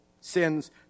sins